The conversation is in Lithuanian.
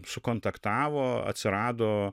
sukontaktavo atsirado